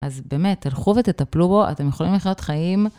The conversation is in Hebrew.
אז באמת, תלכו ותטפלו בו, אתם יכולים לחיות חיים.